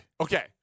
Okay